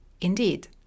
Indeed